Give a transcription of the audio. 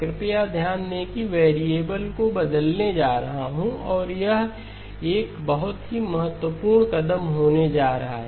कृपया ध्यान दें कि मैं वेरिएबल को बदलने जा रहा हूं और यह एक बहुत ही महत्वपूर्ण कदम होने जा रहा है